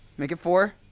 make it four?